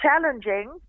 challenging